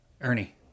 Ernie